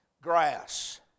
Grass